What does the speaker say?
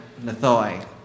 Nathoi